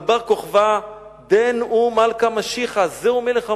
על בר-כוכבא: "דין הוא מלכא משיחא" זהו מלך המשיח.